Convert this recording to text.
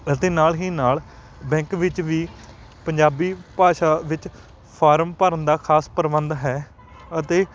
ਅਤੇ ਨਾਲ ਹੀ ਨਾਲ ਬੈਂਕ ਵਿੱਚ ਵੀ ਪੰਜਾਬੀ ਭਾਸ਼ਾ ਵਿੱਚ ਫਾਰਮ ਭਰਨ ਦਾ ਖਾਸ ਪ੍ਰਬੰਧ ਹੈ ਅਤੇ